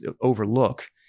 overlook